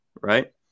right